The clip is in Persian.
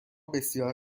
بسیار